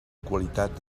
qualitat